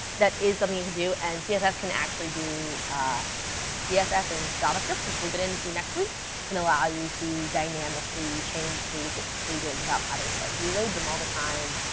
that is something you can do. and css can actually do css and javascript, which we'll get into next week can allow you to dynamically change pages pages without having to like reload them all the time.